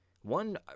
One